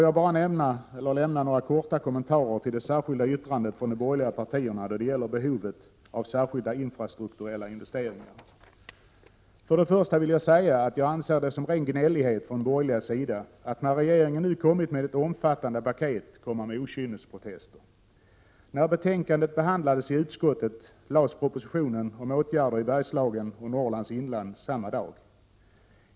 Jag vill bara lämna några korta kommentarer till det särskilda yttrandet från de borgerliga partierna då det gäller behovet av särskilda infrastrukturella investeringar. För det första vill jag säga att jag anser det vara ren gnällighet från de borgerligas sida att, när regeringen nu lagt fram ett omfattande paket, komma med okynnesprotester. När betänkandet behandlades i utskottet lades propositionen om åtgärder i Bergslagen och Norrlands inland fram samma dag.